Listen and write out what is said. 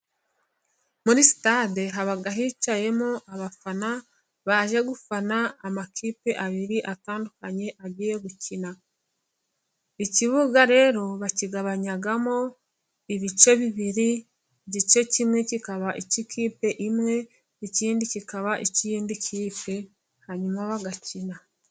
Muri sitade haba hicayemo abafana baje gufana amakipe abiri atandukanye agiye gukina, ikibuga rero bakigabanyamo ibice bibiri igice kimwe kikaba icy'ikipe imwe, ikindi kikaba icy'indi kipe hanyuma bagakina.